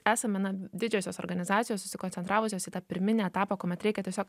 esame na didžiosios organizacijos susikoncentravusios į tą pirminį etapą kuomet reikia tiesiog